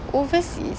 overseas